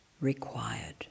required